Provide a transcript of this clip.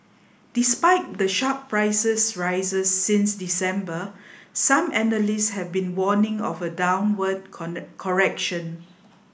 despite the sharp prices rises since December some analysts have been warning of a downward correction